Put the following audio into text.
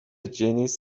جنیس